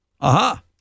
Aha